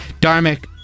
Darmic